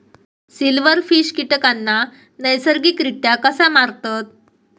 Silverfish कीटकांना नैसर्गिकरित्या कसा मारतत?